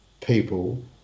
people